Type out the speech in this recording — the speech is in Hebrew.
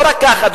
לא רק זה,